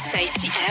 Safety